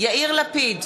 יאיר לפיד,